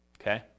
Okay